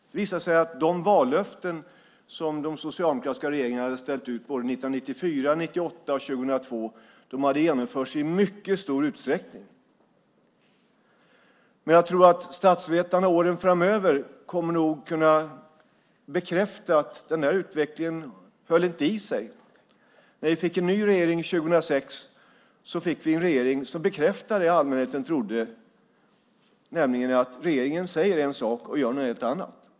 Det visade sig att de vallöften som de socialdemokratiska regeringarna hade ställt ut 1994, 1998 och 2002 hade genomförts i mycket stor utsträckning. Men jag tror att statsvetarna åren framöver nog kommer att kunna bekräfta att den utvecklingen inte höll i sig. När vi fick en ny regering 2006 fick vi en regering som bekräftar det som allmänheten trodde, nämligen att regeringen säger en sak och gör något helt annat.